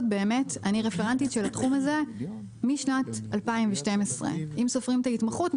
אני רפרנטית של התחום הזה משנת 2012. אם סופרים את ההתמחות,